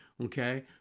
Okay